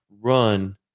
run